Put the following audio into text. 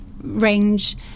range